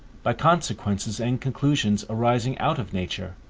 by consequences and conclusions arising out of nature,